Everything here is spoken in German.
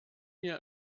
mir